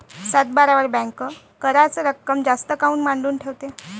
सातबाऱ्यावर बँक कराच रक्कम जास्त काऊन मांडून ठेवते?